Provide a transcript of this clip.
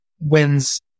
wins